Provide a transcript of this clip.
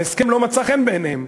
ההסכם לא מצא חן בעיניהם.